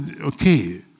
okay